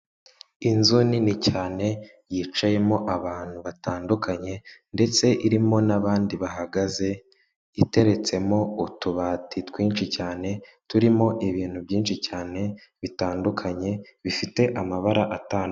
Inzu nini cyane yicayemo abantu batandukanye ndetse irimo n'abandi bahagaze iteretsemo utubati twinshi cyane turimo ibintu byinshi cyane bitandukanye bifite amabara atandukanye.